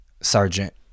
sergeant